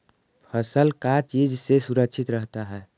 फसल का चीज से सुरक्षित रहता है?